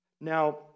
Now